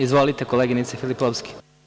Izvolite, koleginice Filipovski.